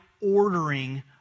ordering